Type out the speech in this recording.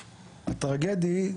הטרגדי,